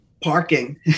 Parking